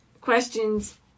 questions